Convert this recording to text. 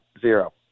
Zero